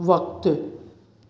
वक़्तु